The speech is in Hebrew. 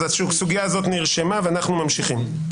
הסוגיה הזאת נרשמה, ואנחנו ממשיכים.